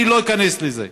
אני לא איכנס לזה,